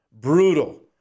brutal